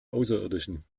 außerirdischen